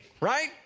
right